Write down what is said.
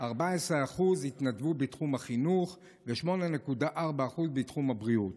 14% התנדבו בתחום החינוך ו-8.4% בתחום הבריאות,